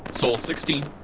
sol sixteen